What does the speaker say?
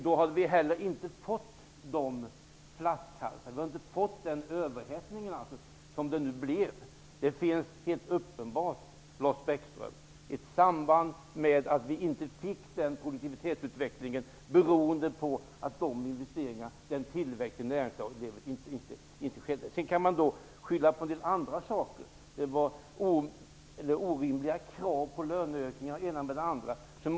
Då hade inte flaskhalsarna och överhettningen uppstått. Det finns, Lars Bäckström, helt uppenbart ett samband med att det inte blev denna produktivitetsutveckling, vilket berodde på att investeringarna och tillväxten i näringslivet uteblev. Det går att skylla på en del andra saker. Det fanns orimliga krav på löneökningar osv.